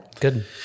Good